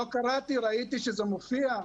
לא קראתי, ראיתי שזה מופיע.